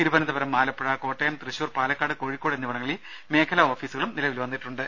തിരുവനന്തപുരം ആലപ്പുഴ കോട്ടയം തൃശൂർ പാലക്കാട് കോഴിക്കോട് എന്നിവിടങ്ങളിൽ മേഖലാ ഓഫീസുകളും നിലവിൽ വന്നിട്ടുണ്ട്